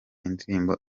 indirimbo